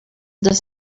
does